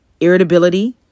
irritability